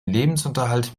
lebensunterhalt